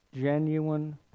genuine